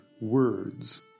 words